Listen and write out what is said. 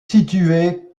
située